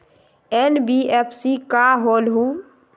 NBFC का होलहु?